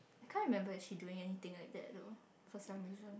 I can't remember actually she doing anything like that though for some reason